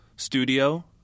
studio